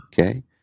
okay